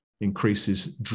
increases